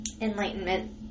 Enlightenment